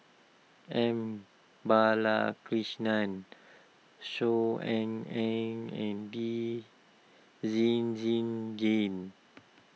M Balakrishnan Saw Ean Ang and Lee Zhen Zhen game